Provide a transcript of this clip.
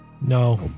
No